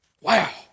Wow